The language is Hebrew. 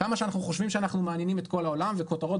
כמה שאנחנו חושבים שאנחנו מעניינים את כל העולם וכותרות